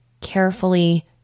carefully